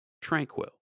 Tranquil